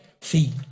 See